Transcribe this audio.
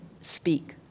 speak